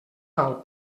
val